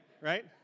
Right